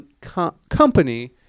company